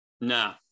no